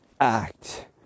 act